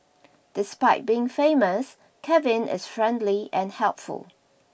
despite being famous Kevin is friendly and helpful